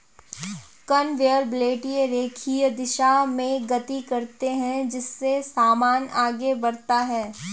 conveyor belt रेखीय दिशा में गति करते हैं जिससे सामान आगे बढ़ता है